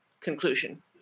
conclusion